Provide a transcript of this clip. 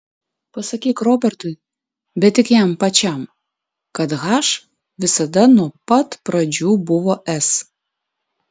pasakyk robertui bet tik jam pačiam kad h visada nuo pat pradžių buvo s